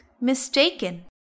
mistaken